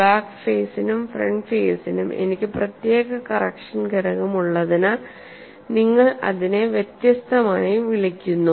back ഫേസിനും front ഫേസിനും എനിക്ക് പ്രത്യേക കറക്ഷൻ ഘടകം ഉള്ളതിനാൽ നിങ്ങൾ അതിനെ വ്യത്യസ്തമായി വിളിക്കുന്നു